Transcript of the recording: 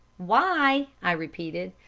why! i repeated.